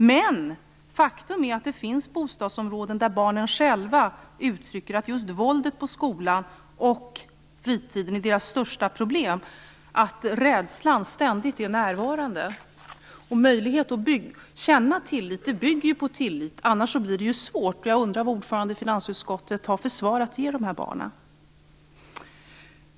Men faktum är att det finns bostadsområden där barnen själva uttrycker att just våldet i skolan och på fritiden är deras största problem, att rädslan ständigt är närvarande. Möjligheten att känna tillit bygger ju på tillit. Annars blir det svårt. Jag undrar vad ordföranden i finansutskottet har för svar att ge de barnen.